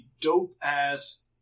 dope-ass